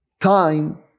time